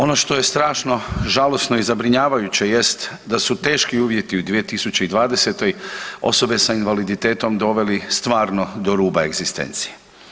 Ono što je strašno žalosno i zabrinjavajuće jest da su teški uvjeti u 2020. osobe sa invaliditetom doveli stvarno do ruba egzistencije.